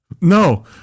No